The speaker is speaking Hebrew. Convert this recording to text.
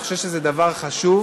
אני חושב שזה דבר חשוב,